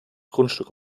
grundstück